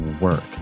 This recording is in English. work